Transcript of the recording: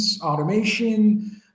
automation